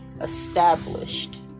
established